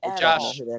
Josh